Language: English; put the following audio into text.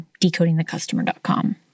decodingthecustomer.com